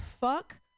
Fuck